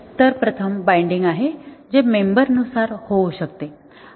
तर प्रथम बाइंडिंग आहे जे मेंबर नुसार होऊ शकते